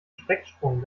strecksprung